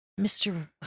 mr